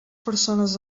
persones